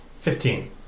Fifteen